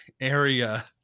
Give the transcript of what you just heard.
area